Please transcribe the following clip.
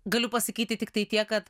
galiu pasakyti tiktai tiek kad